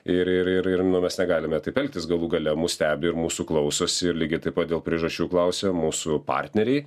ir ir ir ir nu mes negalime taip elgtis galų gale mus stebi ir mūsų klausosi ir lygiai taip pat dėl priežasčių klausė mūsų partneriai